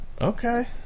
Okay